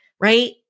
Right